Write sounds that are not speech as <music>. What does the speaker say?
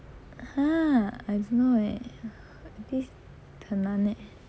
!huh! I don't know eh <breath> this 很难 eh